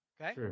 Okay